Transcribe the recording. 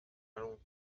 allons